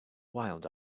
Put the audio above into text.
wild